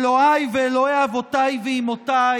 "אלוהיי ואלוהי אבותיי ואימותיי,